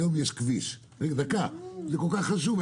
היום יש כביש דקה, זה כל כך חשוב.